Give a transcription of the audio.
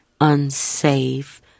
unsafe